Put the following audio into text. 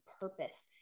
purpose